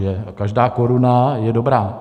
A každá koruna je dobrá.